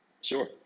Sure